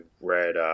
read